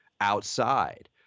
outside